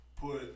put